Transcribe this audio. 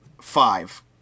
five